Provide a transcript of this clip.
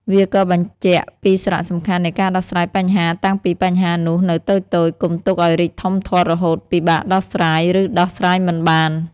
វាក៏បញ្ជាក់ពីសារៈសំខាន់នៃការដោះស្រាយបញ្ហា តាំងពីបញ្ហានោះនៅតូចៗ កុំទុកឱ្យរីកធំធាត់រហូតពិបាកដោះស្រាយ ឬដោះស្រាយមិនបាន។